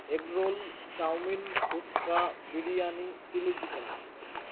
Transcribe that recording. egg roll chow mein phuchka biryani chilli chicken